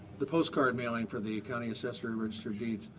the postcard mailing for the county assessor and register of deeds